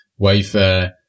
Wayfair